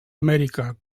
amèrica